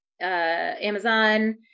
Amazon